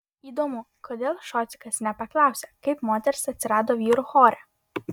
įdomu kodėl šocikas nepaklausė kaip moteris atsirado vyrų chore